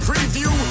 preview